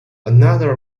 another